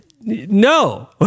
No